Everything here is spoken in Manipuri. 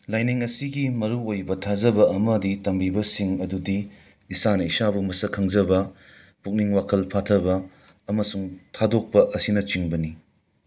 ꯂꯥꯏꯅꯤꯡ ꯑꯁꯤꯒꯤ ꯃꯔꯨ ꯑꯣꯏꯕ ꯊꯥꯖꯕ ꯑꯃꯗꯤ ꯇꯝꯕꯤꯕꯁꯤꯡ ꯑꯗꯨꯗꯤ ꯏꯁꯥꯅ ꯏꯁꯥꯕꯨ ꯃꯁꯛ ꯈꯪꯖꯕ ꯄꯨꯛꯅꯤꯡ ꯋꯥꯈꯜ ꯐꯥꯊꯕ ꯑꯃꯁꯨꯡ ꯊꯥꯗꯣꯛꯄ ꯑꯁꯤꯅꯆꯤꯡꯕꯅꯤ